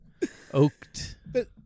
oaked